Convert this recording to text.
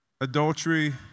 adultery